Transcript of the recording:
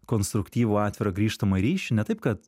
konstruktyvų atvirą grįžtamą ryšį ne taip kad